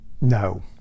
No